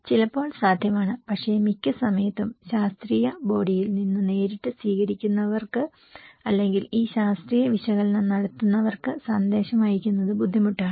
ചിലപ്പോൾ സാധ്യമാണ് പക്ഷേ മിക്ക സമയത്തും ശാസ്ത്രീയ ബോഡിയിൽ നിന്ന് നേരിട്ട് സ്വീകരിക്കുന്നവർക്ക് അല്ലെങ്കിൽ ഈ ശാസ്ത്രീയ വിശകലനം നടത്തുന്നവർക്ക് സന്ദേശം അയയ്ക്കുന്നത് ബുദ്ധിമുട്ടാണ്